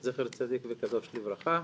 זכר צדיק וקדוש לברכה,